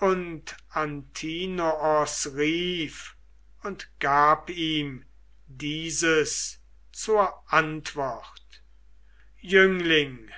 und antinoos rief und gab ihm dieses zur antwort jüngling